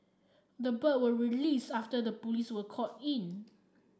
the bird was released after the police were called in